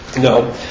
No